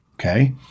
okay